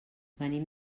venim